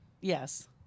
Yes